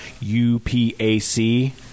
U-P-A-C